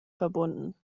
verbunden